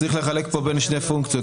צריך לחלק פה בין שתי פונקציות.